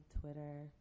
Twitter